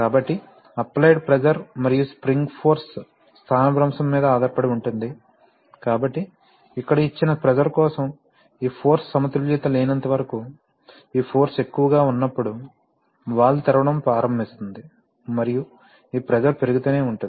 కాబట్టి applied pressure మరియు spring force స్థానభ్రంశం మీద ఆధారపడి ఉంటుంది కాబట్టి ఇక్కడ ఇచ్చిన ప్రెషర్ కోసం ఈ ఫోర్స్ సమతుల్యత లేనింతవరకు ఈ ఫోర్స్ ఎక్కువగా ఉన్నప్పుడు వాల్వ్ తెరవడం ప్రారంభిస్తుంది మరియు ఈ ప్రెషర్ పెరుగుతూనే ఉంటుంది